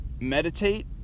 meditate